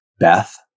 Beth